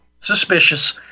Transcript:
suspicious